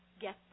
get